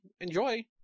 enjoy